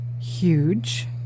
huge